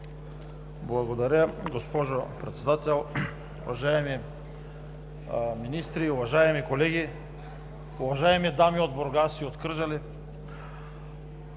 Благодаря, госпожо Председател. Уважаеми министри, уважаеми колеги, уважаеми дами от Бургас и от Кърджали!